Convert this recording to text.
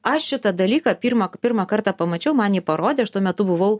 aš šitą dalyką pirmą pirmą kartą pamačiau man jį parodė aš tuo metu buvau